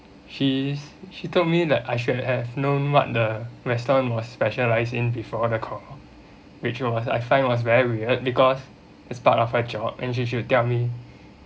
she's she told me that I should have known what the restaurant was specialised in before the call which was I find was very weird because it's part of her job and she should tell me